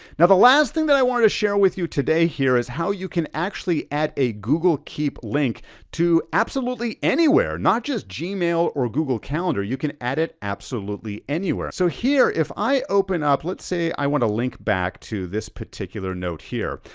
now the last thing that i wanted to share with you today here is how you can actually add a google keep link to absolutely anywhere, not just gmail or google calendar you can add it absolutely anywhere. so here, if i open up, let's say i wanna link back to this particular note here.